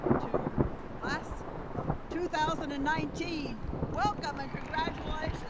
to the class of two thousand and nineteen. welcome and congratulations.